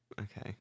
Okay